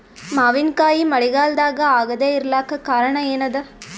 ಮಾವಿನಕಾಯಿ ಮಳಿಗಾಲದಾಗ ಆಗದೆ ಇರಲಾಕ ಕಾರಣ ಏನದ?